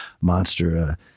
monster